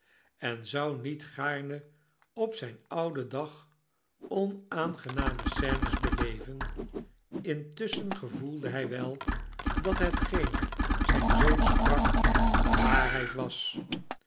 en zou met gaarne op zgn ouden dag onaangename scenes beleven intusschen gevoelde hg wel dat hetgeen zgn zoon sprak de waarheid was